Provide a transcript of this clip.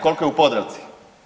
Koliko je u Podravci?